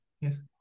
yes